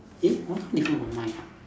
eh orh different from mine ah